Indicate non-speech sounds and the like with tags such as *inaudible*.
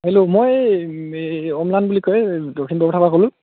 hello মই এই অমলান বুলি কয় দক্ষিণ *unintelligible* পৰা ক'লোঁ